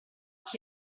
chi